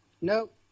Nope